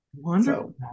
Wonderful